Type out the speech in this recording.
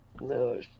No